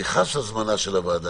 אני חס על זמנה של הוועדה.